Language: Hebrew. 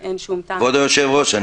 מה עוד נשאר, אם נשאר?